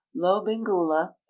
Lobingula